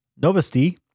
Novosti